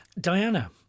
Diana